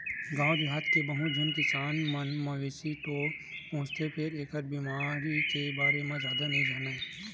गाँव देहाथ के बहुत झन किसान मन मवेशी तो पोसथे फेर एखर बेमारी के बारे म जादा नइ जानय